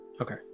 Okay